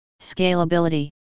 Scalability